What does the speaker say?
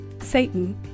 Satan